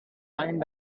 fine